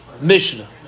Mishnah